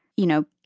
you know,